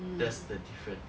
mm